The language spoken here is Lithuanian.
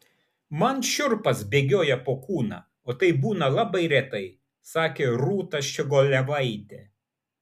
man šiurpas bėgioja po kūną o tai būna labai retai sakė rūta ščiogolevaitė